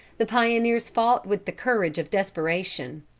the pioneers fought with the courage of desperation.